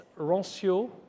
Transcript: rancio